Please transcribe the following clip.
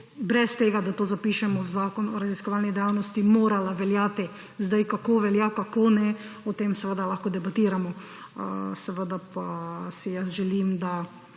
brez tega, da to zapišemo v zakon o raziskovalni dejavnosti, morala veljati. Zdaj, kako velja, kako ne, o tem seveda lahko debatiramo, seveda pa si želim, da